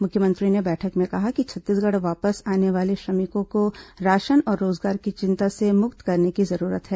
मुख्यमंत्री ने बैठक में कहा कि छत्तीसगढ़ वापस आने वाले श्रमिकों को राशन और रोजगार की चिंता से मुक्त करने की जरूरत है